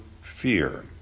fear